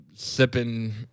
Sipping